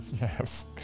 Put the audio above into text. Yes